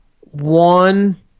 one